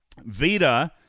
Vita